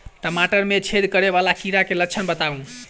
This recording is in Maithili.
टमाटर मे छेद करै वला कीड़ा केँ लक्षण बताउ?